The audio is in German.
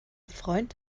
freund